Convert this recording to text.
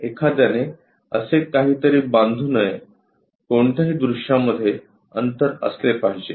एखाद्याने असे काहीतरी बांधू नये कोणत्याही दृश्यामध्ये अंतर असले पाहिजे